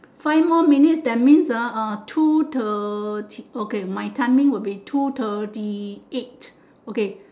five more minutes that means ah uh two thirty okay my timing will be two thirty eight okay